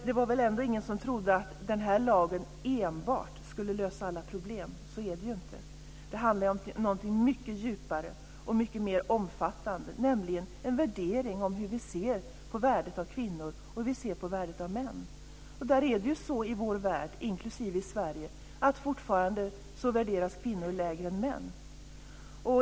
Det var väl ingen som trodde att den här lagen enbart skulle lösa alla problem. Så är det ju inte. Det handlar om någonting mycket djupare och mycket mer omfattande, nämligen en värdering av hur vi ser på värdet av kvinnor och hur vi ser på värdet av män. Där är det så i vår värld, inklusive Sverige, att fortfarande värderas kvinnor lägre än män.